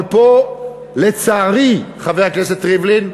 אבל פה, לצערי, חבר הכנסת ריבלין,